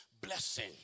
Blessing